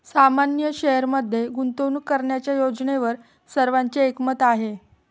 सामान्य शेअरमध्ये गुंतवणूक करण्याच्या योजनेवर सर्वांचे एकमत आहे